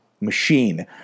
machine